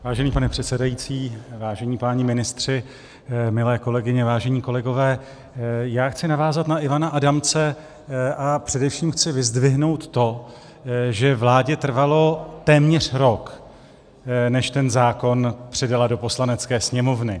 Vážený pane předsedající, vážení páni ministři, milé kolegyně, vážení kolegové, já chci navázat na Ivana Adamce a především chci vyzdvihnout to, že vládě trvalo téměř rok, než ten zákon předala do Poslanecké sněmovny.